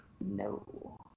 No